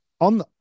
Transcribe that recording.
on